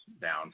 down